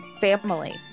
Family